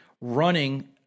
running